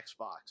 Xbox